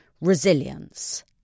resilience